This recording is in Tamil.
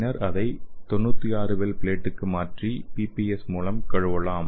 பின்னர் அதை 96 வெல் ப்லேட்டுக்கு மாற்றி பிபிஎஸ் மூலம் கழுவலாம்